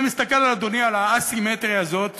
אני מסתכל, אדוני, על האסימטריה הזאת